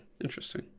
Interesting